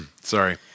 Sorry